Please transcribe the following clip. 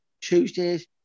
Tuesdays